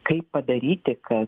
kaip padaryti kad